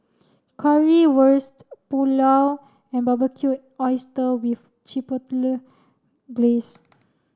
Currywurst Pulao and Barbecued Oyster with Chipotle Glaze